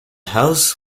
house